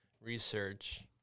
research